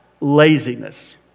laziness